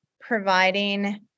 providing